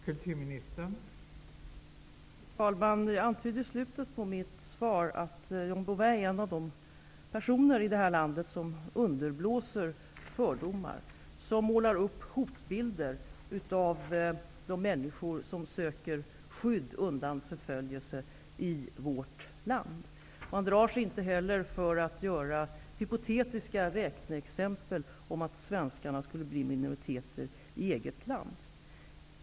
Fru talman! Jag antydde i slutet av mitt svar att Bouvin är en av de personer i det här landet som underblåser fördomar och som målar upp hotbilder av de människor som i vårt land söker skydd från förföljelse. Han drar sig inte heller för att göra hypotetiska räkneexempel om att svenskarna skulle bli en minoritet i eget land.